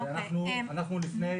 אנחנו לפני